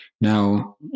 Now